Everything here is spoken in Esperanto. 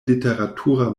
literatura